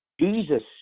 Jesus